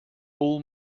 all